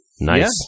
Nice